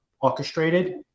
orchestrated